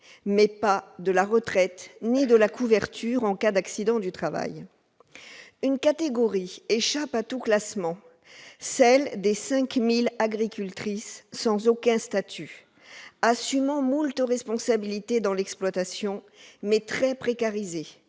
ni la retraite ni les accidents du travail. Une catégorie échappe à tout classement, celle des 5 000 agricultrices sans aucun statut, assumant moult responsabilités dans l'exploitation, mais très précarisées,